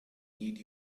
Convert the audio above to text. need